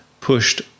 pushed